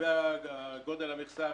לגבי גודל המכסה הארצית,